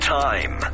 time